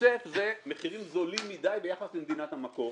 היצף זה מחירים זולים מדיי ביחס למדינת המקור,